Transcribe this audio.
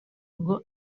ngo